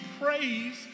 praise